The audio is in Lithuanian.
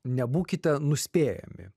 nebūkite nuspėjami